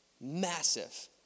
Massive